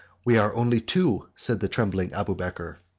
we are only two, said the trembling abubeker.